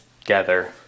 together